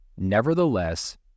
Nevertheless